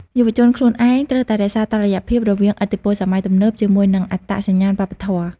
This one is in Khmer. យុវជនខ្លួនឯងត្រូវតែរក្សាតុល្យភាពរវាងឥទ្ធិពលសម័យទំនើបជាមួយនឹងអត្តសញ្ញាណវប្បធម៌។